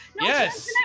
Yes